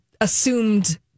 assumed